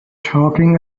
talking